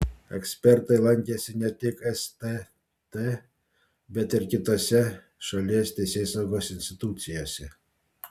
ekspertai lankėsi ne tik stt bet ir kitose šalies teisėsaugos institucijose